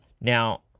now